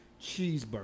cheeseburger